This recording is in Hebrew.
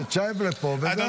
מתנגדים.